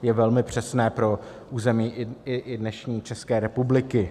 Je velmi přesné pro území i dnešní České republiky.